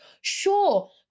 Sure